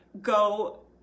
go